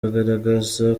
bagaragaza